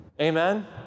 Amen